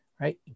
Right